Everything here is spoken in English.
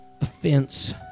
offense